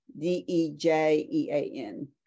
D-E-J-E-A-N